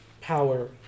power